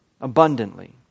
Abundantly